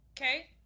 Okay